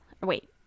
Wait